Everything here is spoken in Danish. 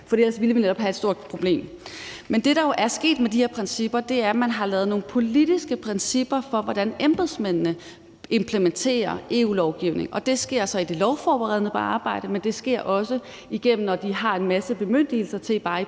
For ellers ville vi netop have et stort problem. Men det, der er sket med de her principper, er jo, at man har lavet nogle politiske principper for, hvordan embedsmændene implementerer EU-lovgivningen, og det sker så i det lovforberedende arbejde, men det sker også, når de har en masse bemyndigelser til bare i